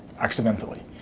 accidentally.